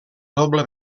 doble